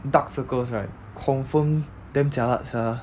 dark circles right confirm damn jialat ah